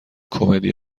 کمدی